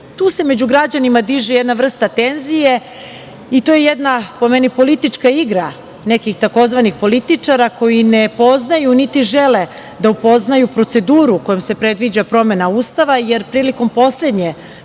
se među građanima diže jedna vrsta tenzije i to je jedna, po meni, politička igra nekih tzv. političara koji ne poznaju niti žele da upoznaju proceduru kojom se predviđa promena Ustava, jer prilikom poslednje